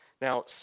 Now